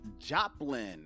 Joplin